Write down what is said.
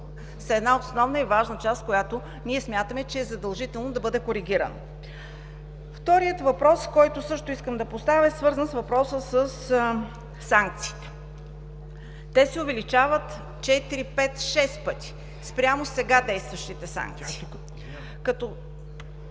са една основна и важна част, която ние смятаме, че е задължително да бъде коригирана. Вторият въпрос, който също искам да поставя, е свързан с въпроса за санкциите. Те се увеличават четири, пет, шест пъти спрямо сега действащите санкции, като